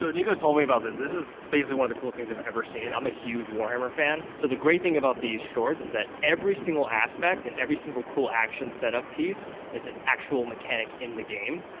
so niko told me about this this is basically one of the cool things i've ever seen. i'm a huge warhammer fan so the great thing about these shorts is that every single aspect and every single cool action setup piece is an actual mechanic in the game,